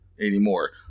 anymore